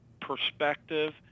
perspective